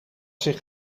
zich